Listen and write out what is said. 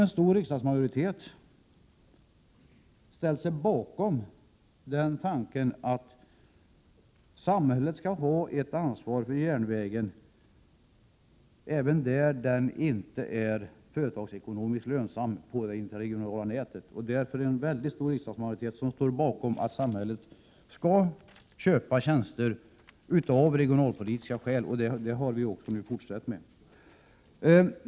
En stor riksdagsmajoritet har däremot ställt sig bakom tanken att samhället skall ha ett ansvar för järnvägen, även där den inte är företagsekonomiskt lönsam, på det interregionala nätet. Det är en mycket stor riksdagsmajoritet som står bakom uppfattningen att samhället skall köpa tjänster av regionalpolitiska skäl. Det har vi nu också fortsatt med. Herr talman!